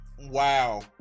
wow